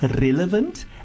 relevant